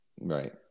Right